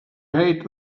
hate